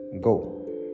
go